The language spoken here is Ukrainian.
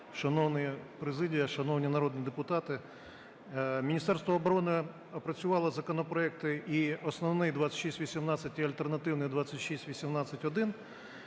Шановна президія! Шановні народні депутати! Міністерство оборони опрацювало законопроекти і основний 2618 і альтернативний 2618-1.